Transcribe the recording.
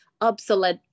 obsolete